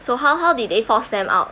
so how how did they force them out